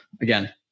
again